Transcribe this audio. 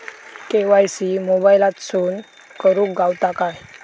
KYC मोबाईलातसून करुक गावता काय?